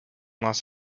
los